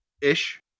Ish